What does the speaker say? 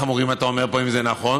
אתה אומר פה דברים חמורים, אם זה נכון.